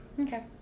Okay